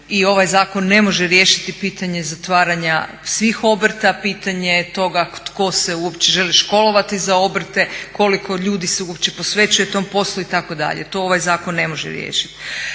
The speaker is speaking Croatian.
I ovaj zakon ne može riješiti pitanje zatvaranja svih obrta, pitanje toga tko se uopće želi školovati za obrte, koliko ljudi se uopće posvećuje tom poslu itd. To ovaj zakon ne može riješiti.